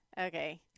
Okay